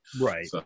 Right